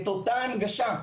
את אותה ההנגשה?